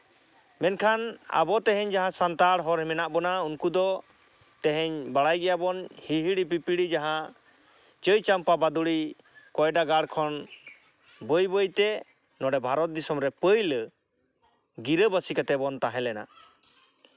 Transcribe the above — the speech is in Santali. ᱢᱮᱱᱠᱷᱟᱱ ᱟᱵᱚ ᱡᱟᱦᱟᱸ ᱛᱮᱦᱮᱧ ᱥᱟᱱᱛᱟᱲ ᱦᱚᱲ ᱢᱮᱱᱟᱜ ᱵᱚᱱᱟ ᱩᱱᱠᱩ ᱫᱚ ᱛᱮᱦᱮᱧ ᱵᱟᱲᱟᱭ ᱜᱮᱭᱟᱵᱚᱱ ᱦᱤᱦᱤᱲᱤ ᱯᱤᱯᱤᱲᱤ ᱡᱟᱦᱟᱸ ᱪᱟᱹᱭ ᱪᱟᱢᱯᱟ ᱵᱟᱫᱳᱞᱤ ᱠᱚᱸᱭᱰᱟ ᱜᱟᱲ ᱠᱷᱚᱱ ᱵᱟᱹᱭ ᱵᱟᱹᱭᱛᱮ ᱱᱚᱰᱮ ᱵᱷᱟᱨᱚᱛ ᱫᱤᱥᱚᱢ ᱨᱮ ᱯᱟᱹᱭᱞᱟᱹ ᱜᱤᱨᱟᱹᱵᱟᱹᱥᱤ ᱠᱟᱛᱮ ᱵᱚᱱ ᱛᱟᱦᱮᱸ ᱞᱮᱱᱟ